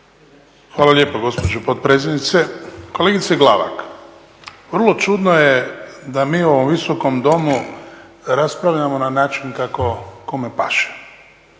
Hvala lijepo gospođo potpredsjednice. Kolegice Glavak, vrlo čudno je da mi u ovom Visokom domu raspravljamo na način kako kome paše.